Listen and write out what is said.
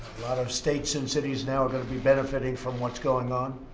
lot of states and cities now are going to be benefiting from what's going on,